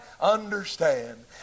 understand